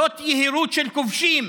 זאת יהירות של כובשים.